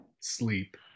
sleep